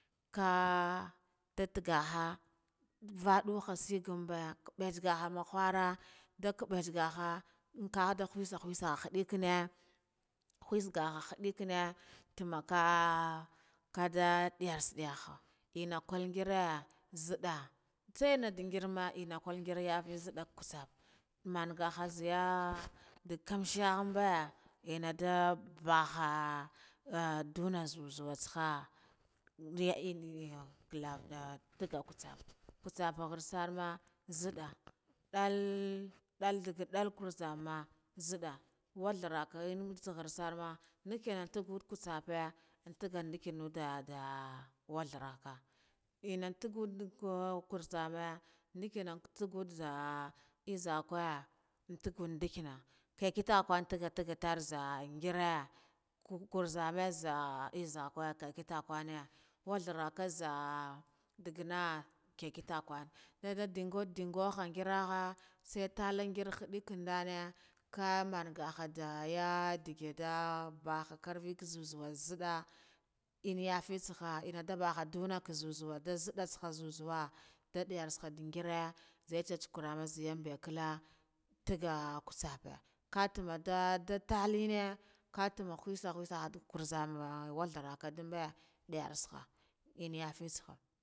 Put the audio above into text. Khe dadigaha nva duha sigunbe kubb goha nda kabbich ngaha ngaha khusa khusa hidikine khus ngaha hidikime, tama kah kah dudiyarsa diyaha kal ngira nzidda ntsana ndan ngir ma enna kal adun ngiri yafi nzidda kutsap manga hajiya ndak kamshe yambe, enna nda nvaha ah ndina zuwa tsaha ndeya enna lava taga kutsap kutsap gher sarma nzidda, dal daga da gurzam mah nzide walhdara kama ya mitsa khur sarma ndiki tagga kutsape tugga ndu dah dah wathraka. Enna tuggun duka kurtsame ndiken kuduza izakwo ndugun izakwa ndugan ndikine, kitakwe ntagatige zaa ngire kurzame zan izakwe kitakwene walharaka zah daggana ke kitakwa, dada dinga dingo uangiraho italon ngiri hadikme ka manga ha daya dida ahakarbe be za zuwa nzidda. Enna yafi saga enna diba duna nda nzidda tsaha zuzuwa nda diyahe da ngira ziya chachakarame zaman mbe kala ntaga kutsape ka tumaa da tuline ka tuma khuza khusa nda karzame ah watharako diyar saha